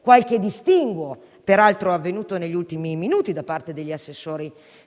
qualche distinguo, peraltro avvenuto negli ultimi minuti, da parte di